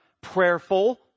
prayerful